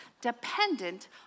dependent